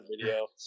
video